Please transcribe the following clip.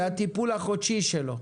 את הטיפול החודשי שלו.